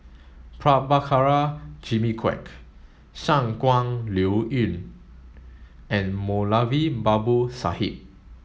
Prabhakara Jimmy Quek Shangguan Liuyun and Moulavi Babu Sahib